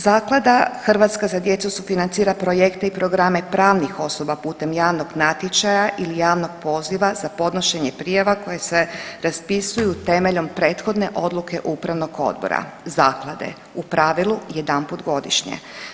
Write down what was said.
Zaklada „Hrvatska za djecu“ sufinancira projekte i programe pravnih osoba putem javnog natječaja ili javnog poziva za podnošenje prijava koje se raspisuju temeljem prethodne odluke upravnog odbora zaklade u pravilu jedanput godišnje.